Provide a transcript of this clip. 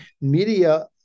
media